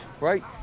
right